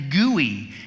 gooey